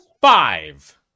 five